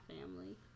family